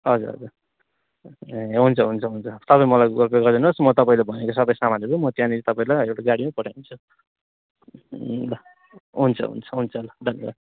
हजुर हजुर ए हुन्छ हुन्छ हुन्छ तपाईँ मलाई गुगल पे गरिदिनुहोस् म तपाईँले भनेको सबै सामानहरू म त्यहाँनिर तपाईँलाई एउटा गाडीमा पठाइदिन्छु ल हुन्छ हुन्छ हुन्छ ल धन्यवाद